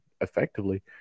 effectively